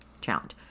challenge